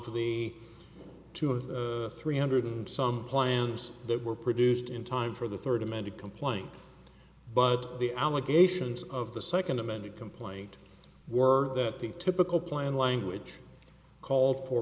for the two or three hundred and some plans that were produced in time for the third amended complaint but the allegations of the second amended complaint were that the typical plan language called for